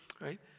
right